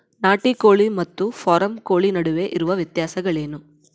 ನಾಟಿ ಕೋಳಿ ಮತ್ತು ಫಾರಂ ಕೋಳಿ ನಡುವೆ ಇರುವ ವ್ಯತ್ಯಾಸಗಳೇನು?